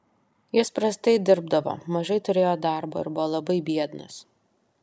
jis prastai dirbdavo mažai turėjo darbo ir buvo labai biednas